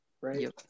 right